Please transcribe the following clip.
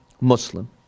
Muslim